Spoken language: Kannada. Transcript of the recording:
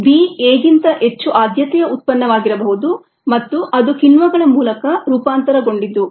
B A ಗಿಂತ ಹೆಚ್ಚು ಆದ್ಯತೆಯ ಉತ್ಪನ್ನವಾಗಿರಬಹುದು ಮತ್ತು ಅದು ಕಿಣ್ವಗಳ ಮೂಲಕ ರೂಪಾಂತರಗೊಂಡಿದ್ದು